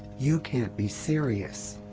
you can't be serious!